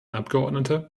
abgeordnete